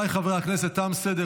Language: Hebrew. אני קובע כי הצעת חוק הגנת הצרכן (תיקון מס' 69)